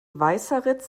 weißeritz